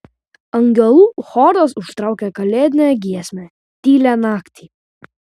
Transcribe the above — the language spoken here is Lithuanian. angelų choras užtraukė kalėdinę giesmę tylią naktį